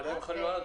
החוק: